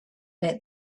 let